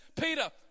Peter